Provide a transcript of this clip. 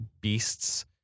beasts